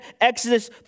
Exodus